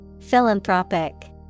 Philanthropic